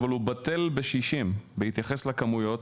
אבל הוא בטל בשישים בהתייחס לכמויות,